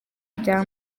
bya